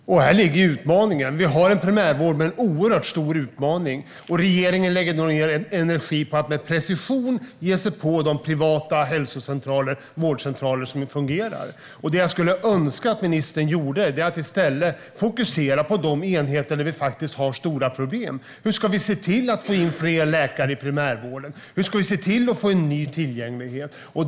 Fru talman! Och här ligger utmaningen. Vi har en primärvård med en oerhört stor utmaning. Regeringen lägger då ned energi på att med precision ge sig på de privata hälsocentraler och vårdcentraler som fungerar. Det jag skulle önska att ministern gjorde är att i stället fokusera på de enheter där vi faktiskt har stora problem. Hur ska vi se till att få in fler läkare i primärvården? Hur ska vi se till att få en ny tillgänglighet?